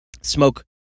smoke